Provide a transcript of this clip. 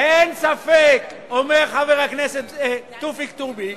"אין ספק" אומר חבר הכנסת תופיק טובי,